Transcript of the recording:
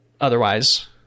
otherwise